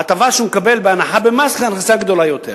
ההטבה שהוא מקבל בהנחה במס הכנסה גדולה יותר.